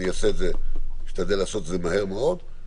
אני אשתדל לעשות את זה מהר מאוד,